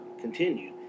continue